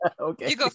okay